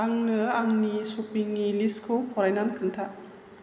आंनो आंनि शपिंनि लिस्टखौ फरायनानै खोन्था